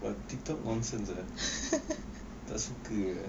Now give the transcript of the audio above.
but tiktok nonsense ah tak suka ah